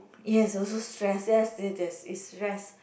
yes also stress yes yes yes is stress